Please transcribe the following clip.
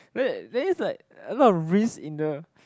that that is like a lot of risk in the